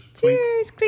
Cheers